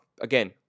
Again